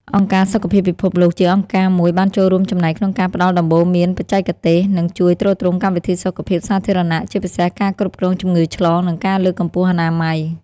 អង្គការសុខភាពពិភពលោក ជាអង្គការមួយបានចូលរួមចំណែកក្នុងការផ្តល់ដំបូន្មានបច្ចេកទេស និងជួយទ្រទ្រង់កម្មវិធីសុខភាពសាធារណៈ ជាពិសេសការគ្រប់គ្រងជំងឺឆ្លង និងការលើកកម្ពស់អនាម័យ។